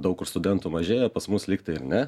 daug kur studentų mažėja pas mus lyg tai ir ne